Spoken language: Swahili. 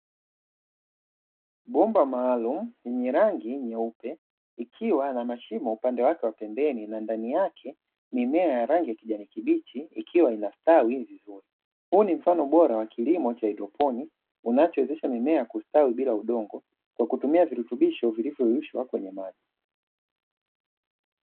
Bomba maalum yenye rangi nyeupe ikiwa na mashimo upande wake wa pembeni na ndani yake mimea ya rangi ya kijani kibichi ikiwa inastawi vizuri, huu ni mfano bora wa kilimo cha haidroponi unachowezesha mimea kustawi bila udongo kwa kutumia virutubisho vilivyoyeyushwa kwenye maji.